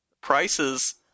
prices